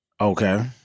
Okay